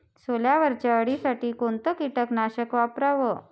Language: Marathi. सोल्यावरच्या अळीसाठी कोनतं कीटकनाशक वापराव?